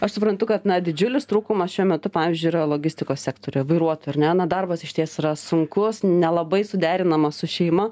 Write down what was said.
aš suprantu kad na didžiulis trūkumas šiuo metu pavyzdžiui yra logistikos sektoriuje vairuotojų ar ne na darbas išties yra sunkus nelabai suderinamas su šeima